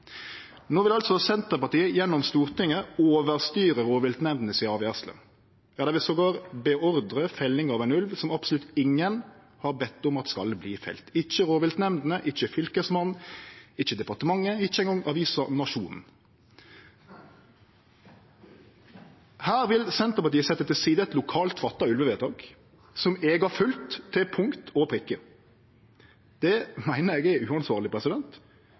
No vil altså Senterpartiet, gjennom Stortinget, overstyre rovviltnemndene si avgjersle. Ja, dei vil endåtil beordre felling av ein ulv som absolutt ingen har bedt om at skal verte felt – ikkje rovviltnemndene, ikkje fylkesmannen, ikkje departementet, ikkje eingong avisa Nationen. Her vil Senterpartiet setje til side eit lokalt fatta ulvevedtak, som eg har følgt til punkt og prikke. Det meiner eg er uansvarleg.